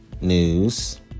news